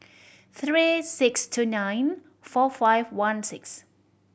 three six two nine four five one six